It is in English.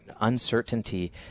uncertainty